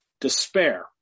despair